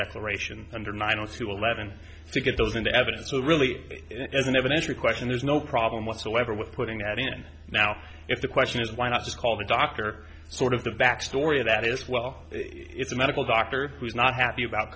declaration under nine o two eleven to get those into evidence so really it doesn't have an entry question there's no problem whatsoever with putting that in now if the question is why not just call the doctor sort of the back story that is well it's a medical doctor who's not happy about